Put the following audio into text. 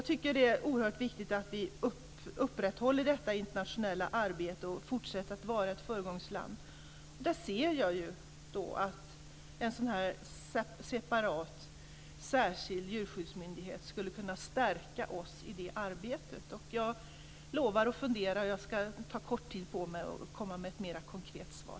Det är oerhört viktigt att vi upprätthåller detta internationella arbete och fortsätter att vara ett föregångsland. Där ser jag att en separat särskild djurskyddsmyndighet skulle kunna stärka oss i det arbetet. Jag lovar att fundera. Jag ska ta kort tid på mig att komma med ett mer konkret svar.